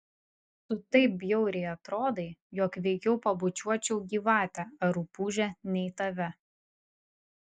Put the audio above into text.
tu taip bjauriai atrodai jog veikiau pabučiuočiau gyvatę ar rupūžę nei tave